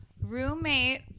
Roommate